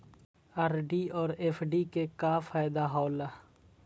RD और FD के का फायदा हौला?